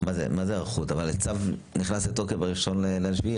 אבל הצו נכנס לתוקף ב-1 ביולי.